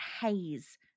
haze